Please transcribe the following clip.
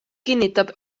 kinnitab